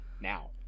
now